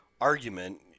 argument